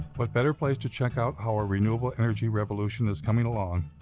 what better place to check out how our renewable energy revolution is coming along,